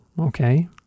Okay